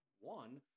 one